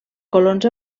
colons